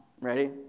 Ready